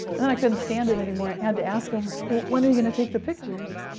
and i couldn't stand it anymore i had to ask them, when are you going to take the pictures?